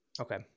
okay